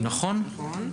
נכון?